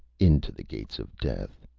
into the gates of death.